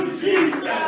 Jesus